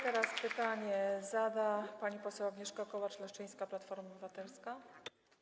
Teraz pytanie zada pani poseł Agnieszka Kołacz-Leszczyńska, Platforma Obywatelska.